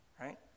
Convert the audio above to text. right